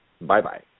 Bye-bye